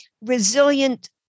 resilient